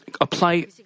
apply